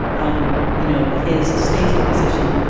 um you know, his stated position.